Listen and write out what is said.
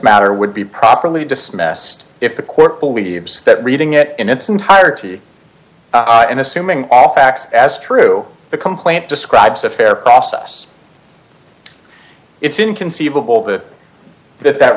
matter would be properly dismissed if the court believes that reading it in its entirety and assuming all acts as true the complaint describes a fair process it's inconceivable that that that